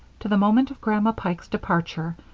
to the moment of grandma pike's departure,